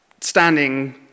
standing